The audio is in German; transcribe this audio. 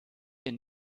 dir